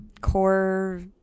core